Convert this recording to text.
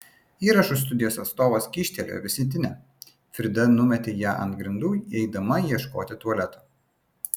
įrašų studijos atstovas kyštelėjo vizitinę frida numetė ją ant grindų eidama ieškoti tualeto